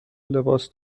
لباس